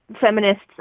feminists